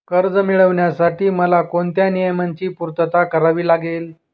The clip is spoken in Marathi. कर्ज मिळविण्यासाठी मला कोणत्या नियमांची पूर्तता करावी लागेल?